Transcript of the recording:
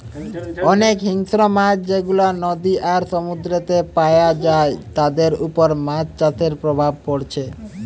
অনেক হিংস্র মাছ যেগুলা নদী আর সমুদ্রেতে পায়া যায় তাদের উপর মাছ চাষের প্রভাব পড়ছে